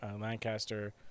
Lancaster